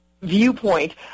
viewpoint